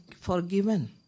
forgiven